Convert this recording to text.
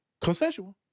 Consensual